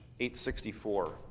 864